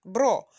Bro